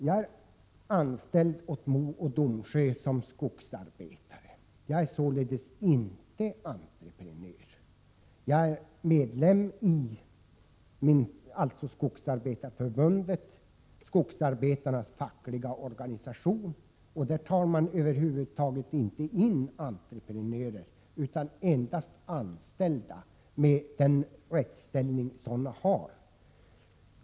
Jag är anställd hos Mo och Domsjö som skogsarbetare och är således inte entreprenör. Jag är medlem i Skogsarbetareförbundet, skogsarbetarnas fackliga organisation, där man över huvud taget inte tar in entreprenörer utan endast anställda med den rättsställning sådana har.